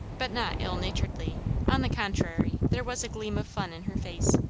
but not ill-naturedly on the contrary, there was a gleam of fun in her face.